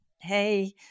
hey